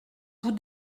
vous